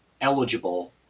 eligible